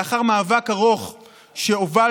לאחר מאבק ארוך שהובלתי,